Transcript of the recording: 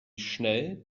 schnell